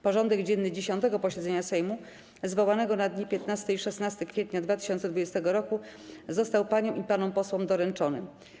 Porządek dzienny 10. posiedzenia Sejmu, zwołanego na dni 15 i 16 kwietnia 2020 r., został paniom i panom posłom doręczony.